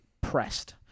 pressed